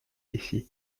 laissé